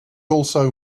also